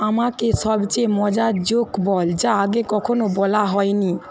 আমাকে সবচেয়ে মজার জোক বল যা আগে কখনো বলা হয় নি